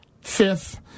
fifth